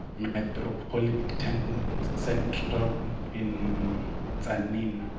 metropolitan central in signing i mean